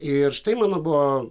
ir štai mano buvo